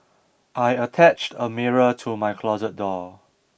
I attached a mirror to my closet door